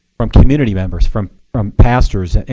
from community members, from from pastors,